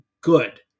good